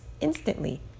instantly